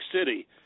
City